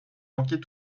manquer